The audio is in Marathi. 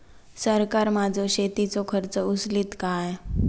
सरकार माझो शेतीचो खर्च उचलीत काय?